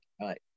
right